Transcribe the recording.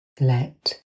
Let